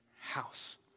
house